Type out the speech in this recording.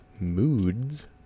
moods